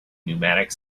pneumatic